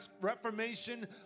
reformation